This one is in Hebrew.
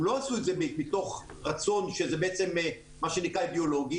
הם לא עשו את זה מתוך רצון מה שנקרא אידיאולוגי,